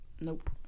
Nope